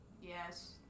Yes